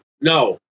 no